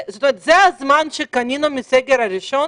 זה הזמן שקנינו מהסגר הראשון,